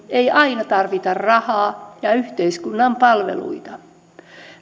ei aina tarvita rahaa ja yhteiskunnan palveluita